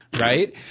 right